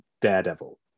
daredevil